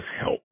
help